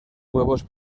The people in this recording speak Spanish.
huevos